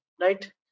right